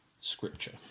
scripture